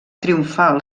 triomfal